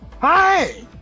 Hi